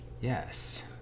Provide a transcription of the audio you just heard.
Yes